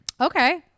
Okay